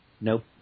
Nope